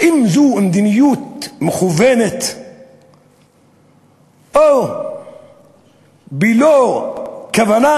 האם זו מדיניות מכוונת או בלא כוונה?